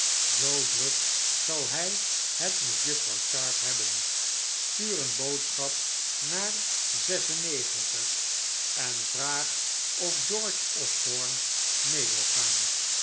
zoo druk zal hij het met juffrouw sharp hebben stuur een boodschap naar negentig en vraag of george osborne mee wil gaan